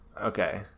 okay